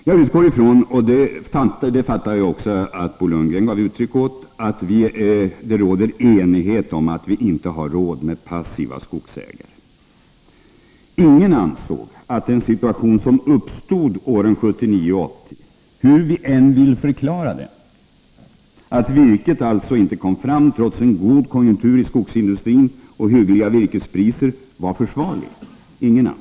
Jag utgår ifrån — jag uppfattade det också så att Bo Lundgren gav uttryck för det — att det råder enighet om att vi inte har råd med passiva skogsägare. Ingen ansåg att den situation som uppstod åren 1979 och 1980, hur vi än vill förklara den — dvs. att virket inte kom fram trots en god konjunktur i skogsindustrin och hyggliga virkespriser — var försvarlig.